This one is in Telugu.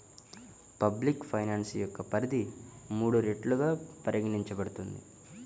పబ్లిక్ ఫైనాన్స్ యొక్క పరిధి మూడు రెట్లుగా పరిగణించబడుతుంది